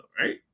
right